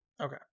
Okay